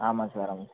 ஆமாம் சார் அம்